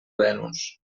venus